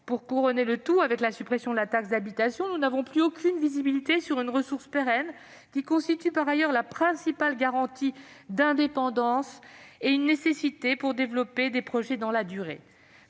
Pour couronner le tout, avec la suppression de la taxe d'habitation, nous n'avons plus aucune visibilité sur une ressource pérenne qui constitue par ailleurs la principale garantie d'indépendance, nécessaire pour développer des projets dans la durée.